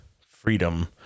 freedom